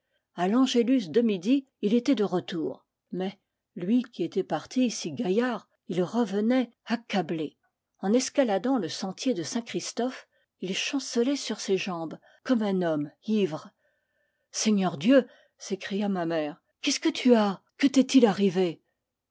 a l'angélus de midi il était de retour mais lui qui était parti si gail lard il revenait accablé en escaladant le sentier de saintchristophe il chancelait sur ses jambes comme un homme ivre seigneur dieu s'écria ma mère qu'est-ce que tu as que t'est-il arrivé